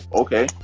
okay